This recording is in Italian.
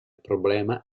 problema